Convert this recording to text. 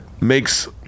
makes